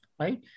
Right